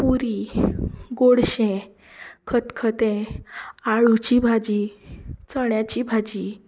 पुरी गोडशें खतखतें आळूची भाजी चणयाची भाजी